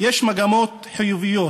יש מגמות חיוביות